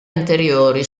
anteriori